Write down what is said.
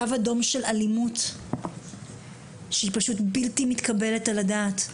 קו אדום של אלימות שהיא פשוט בלתי מתקבלת על הדעת.